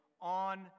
on